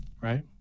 Right